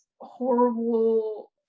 horrible